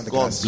God